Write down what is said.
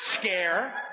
scare